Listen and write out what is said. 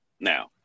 Now